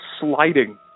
sliding